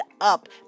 up